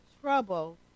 trouble